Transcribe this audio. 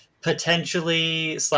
potentially